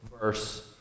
verse